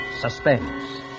Suspense